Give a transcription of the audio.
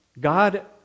God